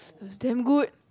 is damn good